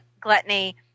gluttony